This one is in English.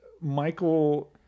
Michael